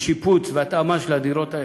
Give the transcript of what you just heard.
לשיפוץ והתאמה של הדירות.